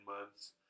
months